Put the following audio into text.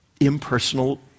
impersonal